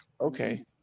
Okay